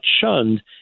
shunned